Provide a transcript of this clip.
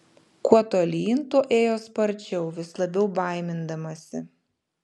kuo tolyn tuo ėjo sparčiau vis labiau baimindamasi